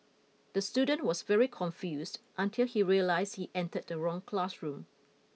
the student was very confuse until he realise he entered the wrong classroom